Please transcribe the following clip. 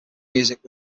music